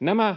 nämä